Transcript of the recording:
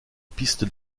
piste